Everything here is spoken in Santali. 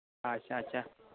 ᱟᱪᱪᱷᱟ ᱟᱪᱪᱷᱟ